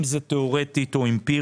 אם היא תיאורטית או אמפירית,